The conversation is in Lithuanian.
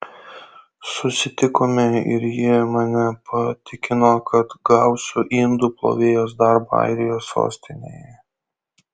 susitikome ir ji mane patikino kad gausiu indų plovėjos darbą airijos sostinėje